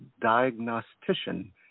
diagnostician